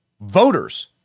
voters